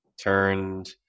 turned